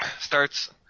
starts